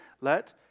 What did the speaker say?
Let